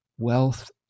wealth